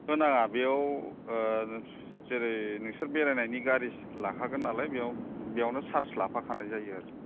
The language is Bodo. होनाङा बेयाव जेरै नोंसोर बेरायनायनि गारिसो लाखागोन नालाय बेयाव बेयावनो चार्ज लाफाखानाय जायो आरो